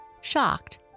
Shocked